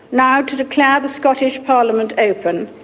now to declare the scottish parliament open,